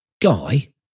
Guy